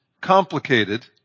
complicated